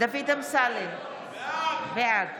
דוד אמסלם, בעד